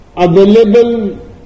available